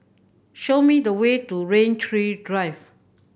show me the way to Rain Tree Drive